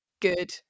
Good